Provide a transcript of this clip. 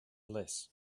less